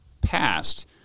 past